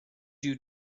you